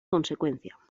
consecuencia